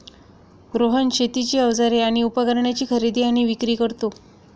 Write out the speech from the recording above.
रोहन शेतीची अवजारे आणि उपकरणाची खरेदी आणि विक्री करतो